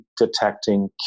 detecting